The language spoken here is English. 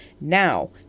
Now